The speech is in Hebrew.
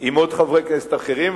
עם חברי כנסת אחרים.